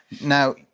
Now